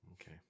okay